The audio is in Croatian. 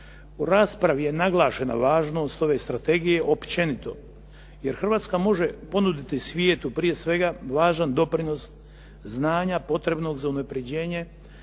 U raspravi je naglašena važnost ove strategije općenito, jer Hrvatska može ponuditi svijetu prije svega važan doprinos znanja potrebnog za unapređenje